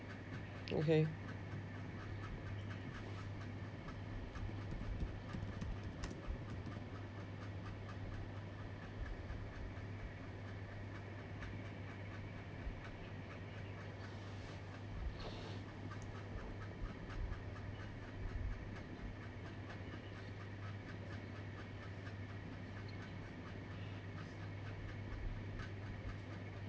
okay